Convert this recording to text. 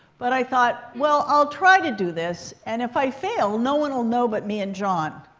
but i thought, well, i'll try to do this. and if i fail, no one will know but me and john.